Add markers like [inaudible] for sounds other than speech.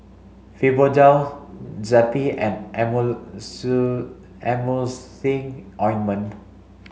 Fibogel Zappy and [unintelligible] Emulsying Ointment